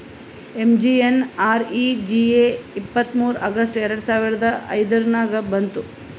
MGNREGA ಇಪ್ಪತ್ತ್ಮೂರ್ August ಎರಡು ಸಾವಿರದ ಐಯ್ದುರ್ನಾಗ್ ಬಂತು